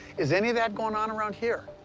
is any of that going on around here?